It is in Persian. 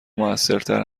موثرتر